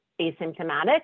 asymptomatic